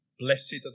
Blessed